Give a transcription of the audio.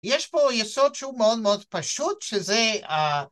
יש פה יסוד שהוא מאוד מאוד פשוט שזה...